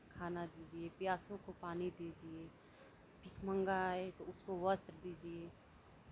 खाना दीजिये प्यासों को पानी दीजिये भिखमंगा आये तो उसको वस्त्र दीजिये